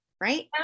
right